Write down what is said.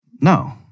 No